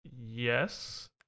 Yes